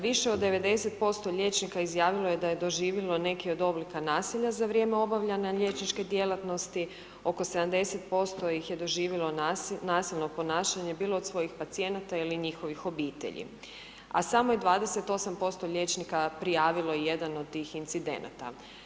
Više od 90% liječnika izjavilo je da je doživjelo neki od oblika nasilja za vrijeme obavljanja liječničke djelatnosti, oko 70% ih je doživjelo nasilno ponašanje bilo od svojih pacijenata ili njihovih obitelji a samo je 28% liječnika prijavilo jedan od tih incidenata.